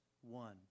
one